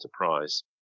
enterprise